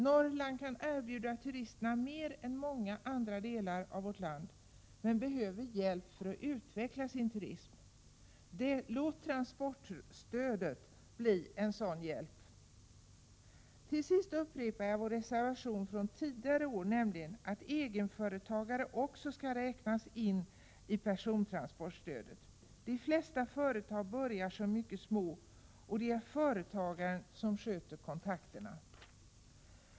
Norrland kan erbjuda turisterna mer än många andra delar av vårt land kan göra. Men man behöver hjälp för att kunna utveckla sin turism. Låt transportstödet bli en sådan hjälp! Till sist upprepar jag vår reservation från tidigare år, nämligen att egenföretagare också skall omfattas av persontransportstödet. De flesta företag är ju till en början mycket små. Det är företagaren själv som sköter kontakterna.